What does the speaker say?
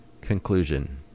Conclusion